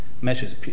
measures